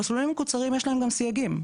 למסלולים המקוצרים יש גם סייגים.